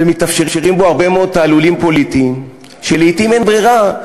ומתאפשרים בו הרבה מאוד תעלולים פוליטיים שלעתים אין ברירה,